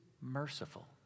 merciful